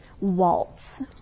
waltz